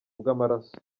bw’amaraso